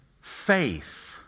faith